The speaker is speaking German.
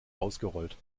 ausgerollt